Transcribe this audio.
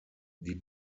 die